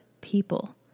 people